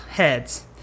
heads